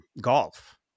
golf